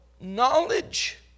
knowledge